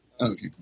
Okay